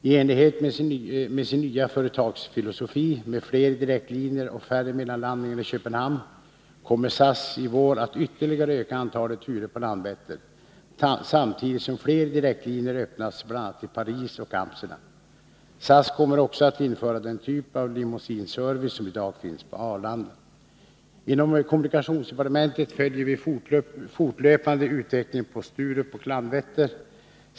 I enlighet med sin nya företagsfilosofi med fler direktlinjer och färre mellanlandningar i Köpenhamn kommer SAS i vår att ytterligare öka antalet turer på Landvetter samtidigt som fler direktlinjer öppnas bl.a. till Paris och Amsterdam. SAS kommer också att införa den typ av limousinservice som i dag finns på Arlanda. Inom kommunikationsdepartementet följer vi fortlöpande utvecklingen på Sturup och Landvetter.